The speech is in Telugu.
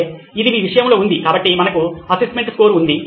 సరే ఇది మీ విషయంలో ఉంది కాబట్టి మనకు అసెస్మెంట్ స్కోర్ ఉంది